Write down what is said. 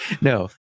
No